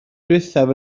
ddiwethaf